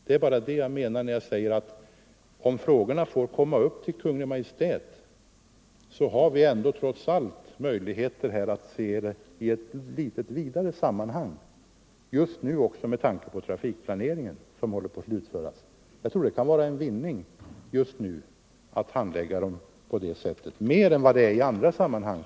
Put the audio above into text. Det är bara detta jag menar när jag säger att Kungl. Maj:t trots allt har möjligheter att se frågorna i ett större sammanhang, också med tanke på trafikplaneringen, som nu håller på att slutföras. Jag tror att det kan vara en vinning att handlägga frågorna på detta sätt just nu — det är det mer nu än i andra sammanhang.